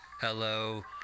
hello